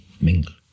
mingle